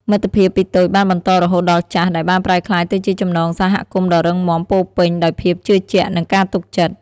មិត្តភាពពីតូចបានបន្តរហូតដល់ចាស់ដែលបានប្រែក្លាយទៅជាចំណងសហគមន៍ដ៏រឹងមាំពោរពេញដោយភាពជឿជាក់និងការទុកចិត្ត។